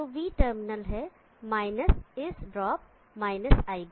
तो V terminal है minus इस ड्रॉप- iBRB